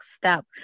step